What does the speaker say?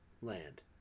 land